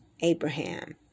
Abraham